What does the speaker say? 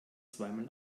zweimal